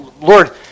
Lord